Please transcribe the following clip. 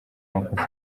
makosa